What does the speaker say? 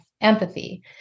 empathy